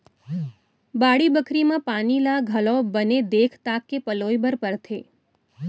बाड़ी बखरी म पानी ल घलौ बने देख ताक के पलोय बर परथे